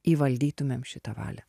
įvaldytumėm šitą valią